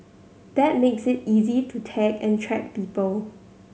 that makes it easy to tag and track people